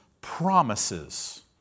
promises